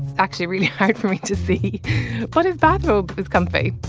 actually really hard for me to see what his bathrobe is comfy.